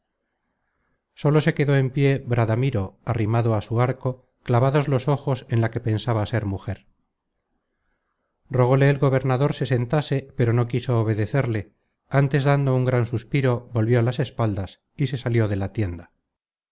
sólo se quedó en pié bradamiro arrimado á su arco clavados los ojos en la que pensaba ser mujer rogóle el gobernador se sentase pero no quiso obedecerle antes dando un gran suspiro volvió las espaldas y se salió de la tienda